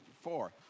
Four